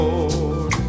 Lord